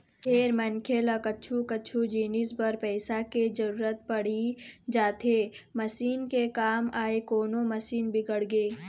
फेर मनखे ल कछु कछु जिनिस बर पइसा के जरुरत पड़ी जाथे मसीन के काम आय कोनो मशीन बिगड़गे